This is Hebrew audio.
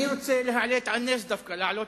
אני רוצה להעלות על נס